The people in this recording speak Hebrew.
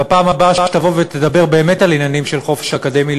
בפעם הבאה שתבוא ותדבר באמת על עניינים של חופש אקדמי,